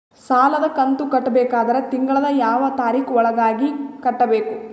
ಸಾಲದ ಕಂತು ಕಟ್ಟಬೇಕಾದರ ತಿಂಗಳದ ಯಾವ ತಾರೀಖ ಒಳಗಾಗಿ ಕಟ್ಟಬೇಕು?